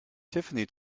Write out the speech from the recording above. tiffany